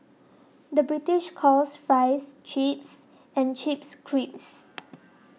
the British calls Fries Chips and Chips Crisps